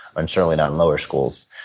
and certainly not in lower schools.